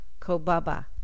kobaba